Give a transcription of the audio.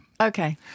Okay